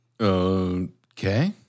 Okay